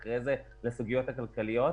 אחרי זה לסוגיות הכלכליות.